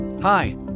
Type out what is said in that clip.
Hi